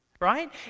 Right